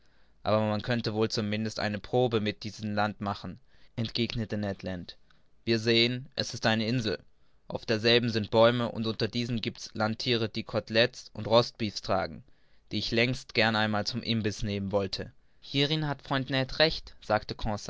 man könnte wohl zum mindesten eine probe mit diesem land machen entgegnete ned land wir sehen es ist eine insel auf derselben sind bäume und unter diesen giebt's landthiere die cotelettes und roastbeefs tragen die ich längst gern einmal zum imbiß nehmen wollte hierin hat freund ned recht sagte